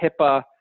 HIPAA